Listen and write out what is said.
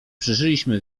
przeżyliśmy